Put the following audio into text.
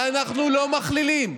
ואנחנו לא מכלילים,